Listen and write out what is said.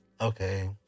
okay